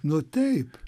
nu teip